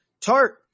Tart